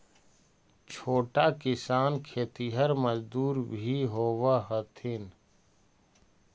छोटा किसान खेतिहर मजदूर भी होवऽ हथिन